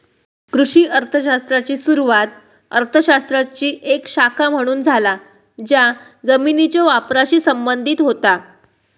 कृषी अर्थ शास्त्राची सुरुवात अर्थ शास्त्राची एक शाखा म्हणून झाला ज्या जमिनीच्यो वापराशी संबंधित होता